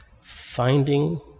finding